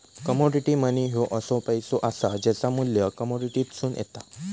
commodity money ह्यो असो पैसो असा ज्याचा मू्ल्य कमोडिटीतसून येता